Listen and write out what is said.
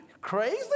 Crazy